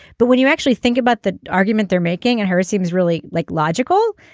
but when you actually think about the argument they're making and her it seems really like logical.